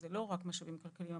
זה לא רק משאבים כלכלים,